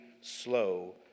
slow